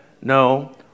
No